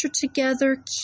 together